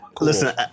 Listen